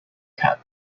cup